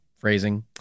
phrasing